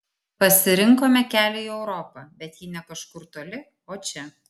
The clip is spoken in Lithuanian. pasirinkome kelią į europą bet ji ne kažkur toli o čia